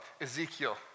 Ezekiel